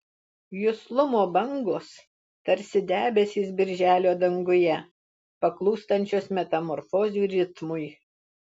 juslumo bangos tarsi debesys birželio danguje paklūstančios metamorfozių ritmui